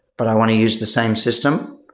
but i want to use the same system.